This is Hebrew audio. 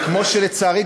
וכמו שלצערי,